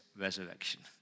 resurrection